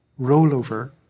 rollover